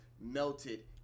melted